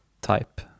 type